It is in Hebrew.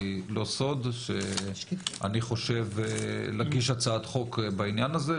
כי לא סוד שאני חושב להגיש הצעת חוק בעניין הזה,